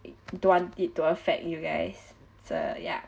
it don't want it to affect you guys so ya